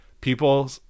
people